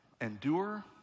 endure